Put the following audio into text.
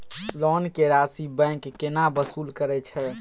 Loan के राशि bank केना वसूल करे छै?